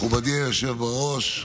מכובדי היושב בראש,